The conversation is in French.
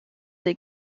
des